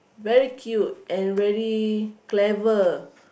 very cute and very clever